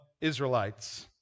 Israelites